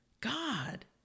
God